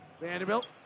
Vanderbilt